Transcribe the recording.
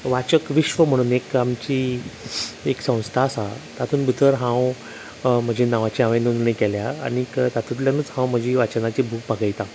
वाचक विश्व म्हणून एक आमची एक संस्था आसा तातून भितर हांव म्हज्या नांवाची हांवें नोंदणी केल्या आनीक तातूंतल्यानूच हांव म्हजी वाचनाची भूक भागयता